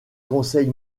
conseil